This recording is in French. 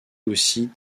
aussi